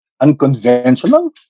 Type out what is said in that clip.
Unconventional